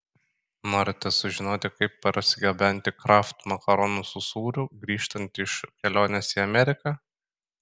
norite sužinoti kaip parsigabenti kraft makaronų su sūriu grįžtant iš kelionės į ameriką